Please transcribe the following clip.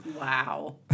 Wow